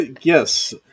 yes